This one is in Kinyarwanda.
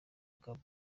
gabon